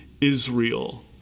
Israel